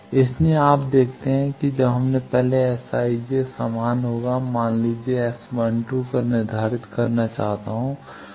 इसलिए आप देखते हैं कि जब हमने लिखा कि Sij समान होगा मान लीजिए मैं S12 निर्धारित करना चाहता हूं